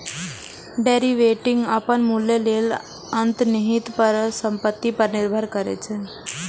derivative अपन मूल्य लेल अंतर्निहित परिसंपत्ति पर निर्भर करै छै